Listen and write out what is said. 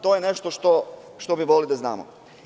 To je nešto što bi voleli da znamo.